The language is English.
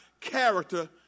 Character